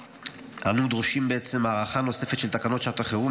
אנו דורשים הארכה נוספת של תקנות שעת החירום,